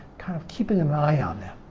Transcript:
kind of keeping an eye on them.